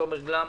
תומר גלאם.